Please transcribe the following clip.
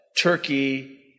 Turkey